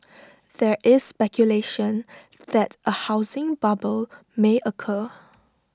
there is speculation that A housing bubble may occur